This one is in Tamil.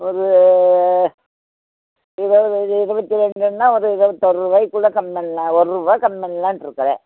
ஒரு எதாவது ஒரு இருபத்து ரெண்ட்ரூவான்னா ஒரு இருபத்தொருவாக்குள்ள கம்மி பண்ணலாம் ஒருரூவா கம்மி பண்ணலான்ட்டுக்குறேன்